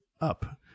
up